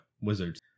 Wizards